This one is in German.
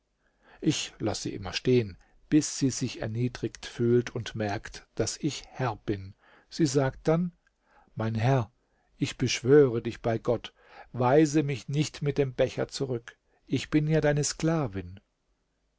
ich laß sie immer stehen bis sie sich erniedrigt fühlt und merkt daß ich herr bin sie sagt dann mein herr ich beschwöre dich bei gott weise mich nicht mit dem becher zurück ich bin ja deine sklavin